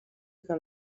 que